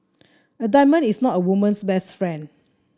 a diamond is not a woman's best friend